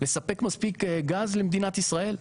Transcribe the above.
לספק מספיק גז למדינת ישראל?